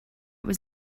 was